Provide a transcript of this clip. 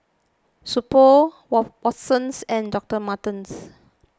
So Pho Watsons and Doctor Martens